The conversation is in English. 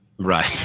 Right